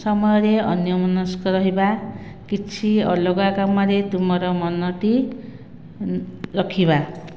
ସମୟ ରେ ଅନ୍ୟମନସ୍କ ରହିବା କିଛି ଅଲଗା କାମ ରେ ତୁମର ମନ ଟି ରଖିବା